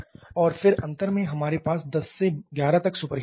और फिर अंत में हमारे पास 10 से 11 तक सुपर हीटिंग है